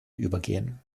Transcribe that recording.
übergehen